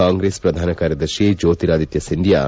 ಕಾಂಗ್ರೆಸ್ ಪ್ರಧಾನ ಕಾರ್ಯದರ್ಶಿ ಜೋತಿರಾಧ್ಯ ಸಿಂಧ್ಯಾ